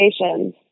locations